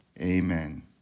Amen